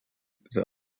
the